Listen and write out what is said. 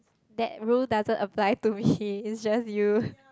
that rule doesn't apply to me it's just you